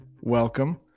Welcome